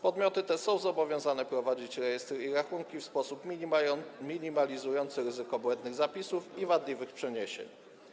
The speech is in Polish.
Podmioty te są zobowiązane prowadzić rejestry i rachunki w sposób minimalizujący ryzyko błędnych zapisów i wadliwych przeniesień.